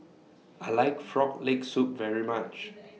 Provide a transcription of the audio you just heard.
I like Frog Leg Soup very much